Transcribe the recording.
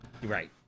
Right